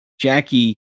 Jackie